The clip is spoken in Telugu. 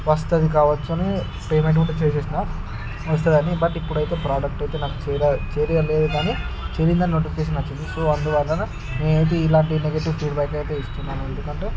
వస్తుంది కావచ్చని పేమెంట్ ముందో చేసేసిన వస్తాదని బట్ ఇప్పుడయితే ప్రొడక్ట్ అయితే నాకు చేరి చేర లేదు కానీ చేరిందని నోటిఫికేసన్ వచ్చింది సో అందువల్ల నేనయితే ఇలాంటి నెగిటివ్ ఫీడ్బ్యాక్ అయితే ఇస్తున్నాను ఎందుకంటే